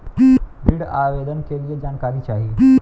ऋण आवेदन के लिए जानकारी चाही?